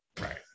Right